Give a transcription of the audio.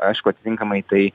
aišku atitinkamai tai